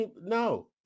No